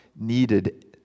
needed